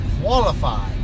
qualify